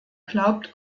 glaubt